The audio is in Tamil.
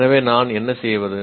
எனவே நாம் என்ன செய்வது